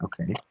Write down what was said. Okay